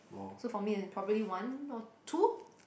so for me is probably one or two